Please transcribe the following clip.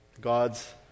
God's